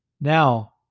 Now